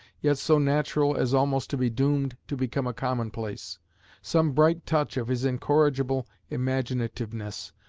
yet so natural as almost to be doomed to become a commonplace some bright touch of his incorrigible imaginativeness,